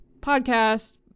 podcast